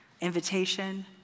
Invitation